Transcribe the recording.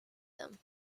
them